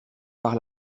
par